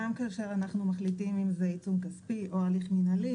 גם כאשר אנחנו מחליטים אם זה עיצום כספי או הליך מינהלי,